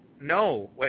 no